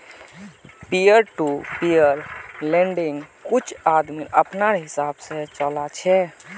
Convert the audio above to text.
peer to peer लेंडिंग्क कुछ आदमी अपनार हिसाब से चला छे